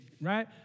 right